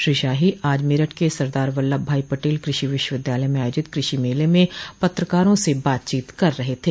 श्री शाही आज मेरठ के सरदार वल्लभ भाई पटेल कृषि विश्वविद्यालय में आयोजित कृषि मेले में पत्रकारों से बातचीत कर रहे थे